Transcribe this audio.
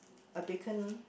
a beacon